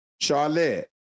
Charlotte